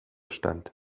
stand